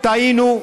טעינו,